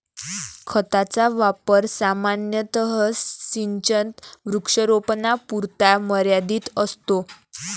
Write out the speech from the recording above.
खताचा वापर सामान्यतः सिंचित वृक्षारोपणापुरता मर्यादित असतो